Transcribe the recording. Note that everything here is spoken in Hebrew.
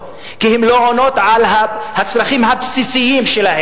לעשות שני סולמות,